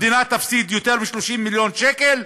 המדינה תפסיד יותר מ-30 מיליון שקל,